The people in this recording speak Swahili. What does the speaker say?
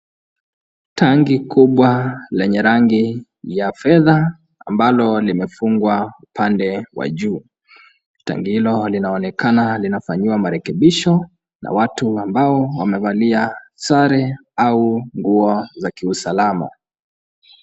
Tangi kubwa lenye rangi ya fedha ambalo limefungwa upande wa juu. Tangi hilo linaonekana linafanyiwa marekebisho na watu ambao wamevalia sare au nguo za kiusalama.